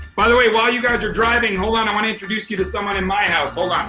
by the way, while you guys are driving, hold on. i want to introduce you to someone in my house. hold on.